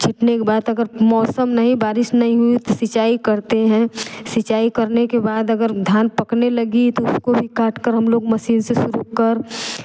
छींटते के बाद अगर मौसम नहीं बारिश नहीं हुई सिंचाई करते हैं सिंचाई करने के बाद अगर धान पकने लगी तो उसको भी काट कर हम लोग मशीन से शुरू कर